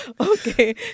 Okay